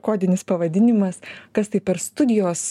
kodinis pavadinimas kas tai per studijos